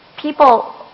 people